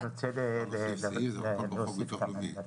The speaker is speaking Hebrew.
אני רוצה להוסיף כמה דברים.